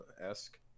esque